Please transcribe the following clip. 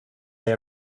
they